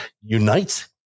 unite